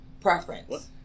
preference